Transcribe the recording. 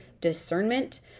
discernment